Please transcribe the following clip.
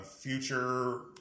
future